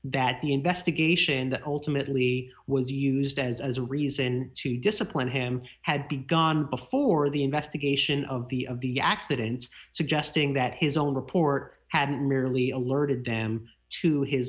that the investigation that ultimately was used as a reason to discipline him had to gone before the investigation of the of the accidents suggesting that his own report had merely alerted them to his